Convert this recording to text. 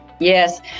Yes